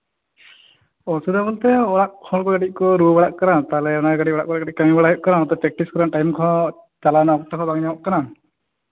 ᱚᱥᱩᱵᱤᱫᱷᱟ ᱵᱚᱞᱛᱮ ᱚᱲᱟᱜ ᱠᱚᱨᱮᱜ ᱠᱟᱹᱴᱤᱡ ᱠᱚ ᱨᱩᱣᱟᱹ ᱵᱟᱲᱟᱜ ᱠᱟᱱᱟ ᱛᱟᱦᱚᱞᱮ ᱚᱲᱟᱜ ᱠᱚᱨᱮᱜ ᱠᱟᱹᱴᱤᱡ ᱠᱟᱹᱢᱤ ᱵᱟᱲᱟ ᱦᱩᱭᱩᱜ ᱠᱟᱱᱟ ᱯᱨᱮᱠᱴᱤᱥ ᱠᱚᱨᱮᱱᱟᱜ ᱴᱟᱭᱤᱢ ᱠᱚ ᱪᱟᱞᱟᱣ ᱠᱚᱨᱮᱱᱟᱜ ᱚᱠᱛᱚ ᱠᱚᱦᱚᱸ ᱵᱟᱝ ᱧᱟᱢᱚᱜ ᱠᱟᱱᱟ